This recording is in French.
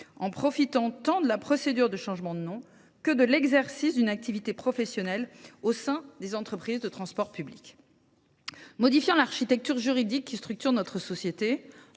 en profitant de la procédure de changement de nom ou en exerçant une activité professionnelle au sein d’entreprises de transport public. En modifiant l’architecture juridique qui structure notre société